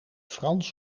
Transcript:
frans